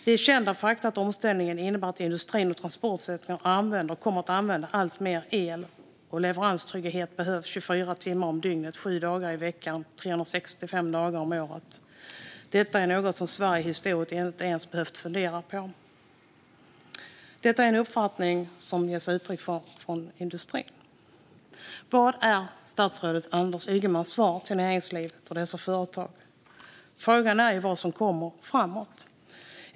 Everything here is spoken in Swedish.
Det är kända fakta att omställningen innebär att industrin och transportsektorn använder och kommer att använda alltmer el. Leveranstrygghet behövs 24 timmar om dygnet, sju dagar i veckan och 365 dagar om året. Detta är något som Sverige historiskt inte ens behövt fundera på. Detta är en uppfattning som det ges uttryck för från industrin. Vilket är statsrådet Anders Ygemans svar till näringslivet och dessa företag? Frågan är vad som kommer framöver.